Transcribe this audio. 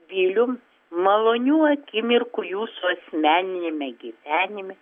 vilium malonių akimirkų jūsų asmeniniame gyvenime